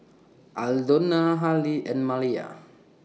Aldona Hali and Maliyah